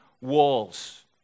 walls